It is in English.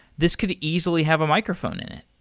this could easily have a microphone in it.